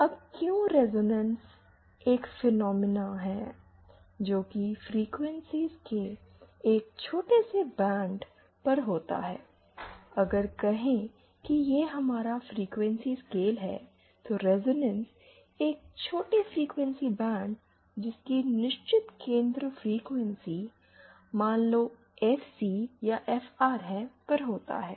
अब क्योंकि रिजोनेंस एक फिनोमिना है जोकि फ्रीक्वेंसी के एक छोटे से बैंड पर होता है अगर कहे की यह हमारा फ्रीक्वेंसी स्केल है तो रिजोनेंस एक छोटे फ्रिकवेंसी बैंड जिसकी निश्चित केंद्र फ्रीक्वेंसी मान लो एएफसी या एफआर है पर होता है